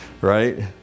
Right